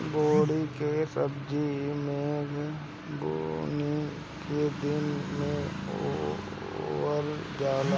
बोड़ी के सब्जी मेघ बूनी के दिन में बोअल जाला